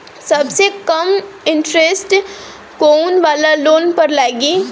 सबसे कम इन्टरेस्ट कोउन वाला लोन पर लागी?